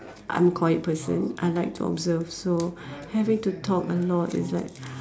I'm quiet person I like to observe so having to talk a lot is like